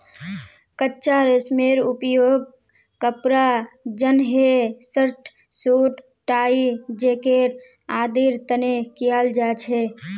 कच्चा रेशमेर उपयोग कपड़ा जंनहे शर्ट, सूट, टाई, जैकेट आदिर तने कियाल जा छे